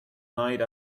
night